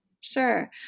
sure